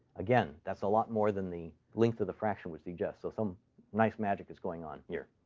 again, that's a lot more than the length of the fraction would suggest. so some nice magic is going on here.